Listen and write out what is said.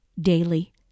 daily